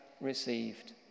received